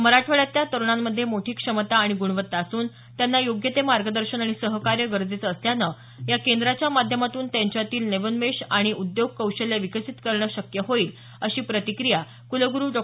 मराठवाड्यातल्या तरुणांमधे मोठी क्षमता आणि गुणवत्ता असून त्यांना योग्य ते मार्गदर्शन आणि सहकार्य गरजेचं असल्यानं या केंद्राच्या माध्यमातून त्यांच्यातील नवोन्मेषश आणि उद्योग कौशल्य विकसित करणं शक्य होईल अशी प्रतिक्रिया कुलगुरु डॉ